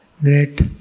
great